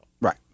Right